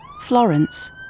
Florence